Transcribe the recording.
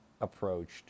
approached